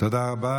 תודה רבה.